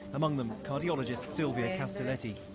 among them cardiologist sylvia casteletti.